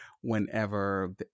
whenever